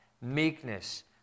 meekness